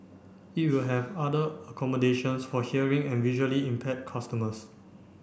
it will have other accommodations for hearing and visually impaired customers